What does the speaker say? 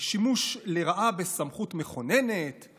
"שימוש לרעה בסמכות מכוננות";